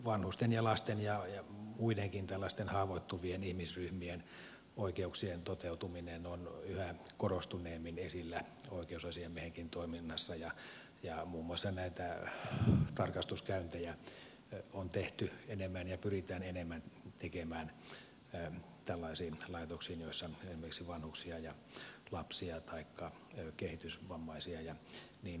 vanhusten ja lasten ja muidenkin tällaisten haavoittuvien ihmisryhmien oikeuksien toteutuminen on yhä korostuneemmin esillä oikeusasiamiehenkin toiminnassa ja muun muassa näitä tarkastuskäyntejä on tehty enemmän ja pyritään enemmän tekemään tällaisiin laitoksiin joissa esimerkiksi vanhuksia ja lapsia taikka kehitysvammaisia ja niin edelleen on